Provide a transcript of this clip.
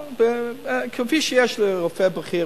כפי שיש לרופא בכיר